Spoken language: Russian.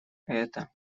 это